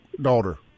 daughter